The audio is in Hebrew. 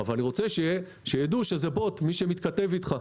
אבל אני רוצה שיידעו שזה בוט שמתכתב איתך.